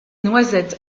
noisette